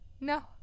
No